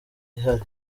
ihari